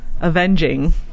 avenging